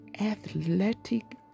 athletic